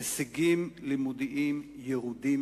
אדוני היושב-ראש,